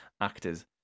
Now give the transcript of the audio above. actors